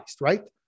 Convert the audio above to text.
right